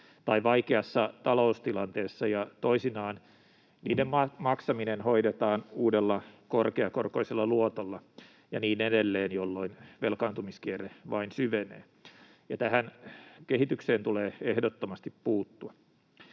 tai vaikeassa taloustilanteessa ja toisinaan niiden maksaminen hoidetaan uudella korkeakorkoisella luotolla ja niin edelleen, jolloin velkaantumiskierre vain syvenee, ja tähän kehitykseen tulee ehdottomasti puuttua.